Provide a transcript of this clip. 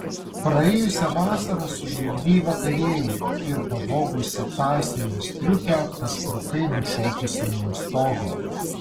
praėjusią vasarą sužlugdei vakarėlį ir pavogusi tąsiąją striukę pasprukai nušokusi nuo stogo